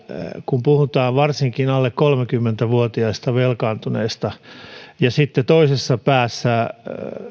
kun puhutaan varsinkin alle kolmekymmentä vuotiaista velkaantuneista toisessa päässä